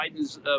Biden's